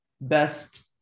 best